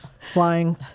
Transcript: flying